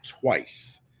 twice